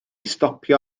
stopio